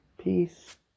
Peace